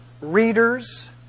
readers